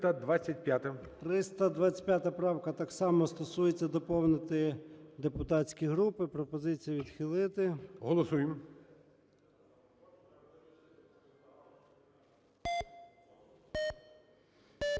325 правка так само стосується доповнити "депутатські групи". Пропозиція відхилити. ГОЛОВУЮЧИЙ.